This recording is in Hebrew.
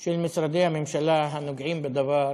של משרדי הממשלה הנוגעים בדבר,